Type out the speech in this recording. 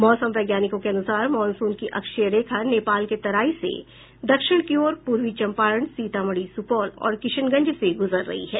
मौसम वैज्ञानिकों के अनुसार मॉनसून की अक्षीय रेखा नेपाल के तराई से दक्षिण की ओर पूर्वी चम्पारण सीतामढ़ी सुपौल और किशनगंज से गुजर रही है